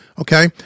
Okay